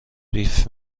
بیف